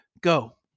Go